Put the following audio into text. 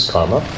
Karma